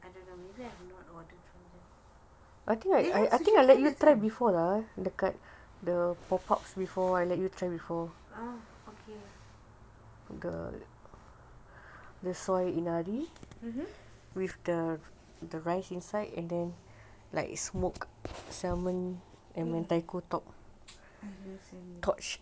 I don't know maybe I won't order truffle oh okay mm I love salmon